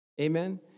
amen